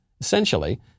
Essentially